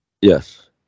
Yes